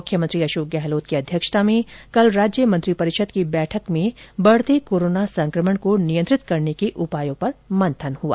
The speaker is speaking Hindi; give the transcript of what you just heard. मुख्यमंत्री अशोक गहलोत की अध्यक्षता में कल राज्य मंत्रिपरिषद की बैठक में बढ़ते कोरोना संक्रमण को नियंत्रित करने को उपायों पर मंथन हुआ